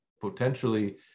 potentially